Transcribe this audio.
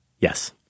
Yes